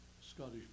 Scottish